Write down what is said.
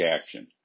action